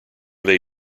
they